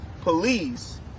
police